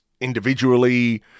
individually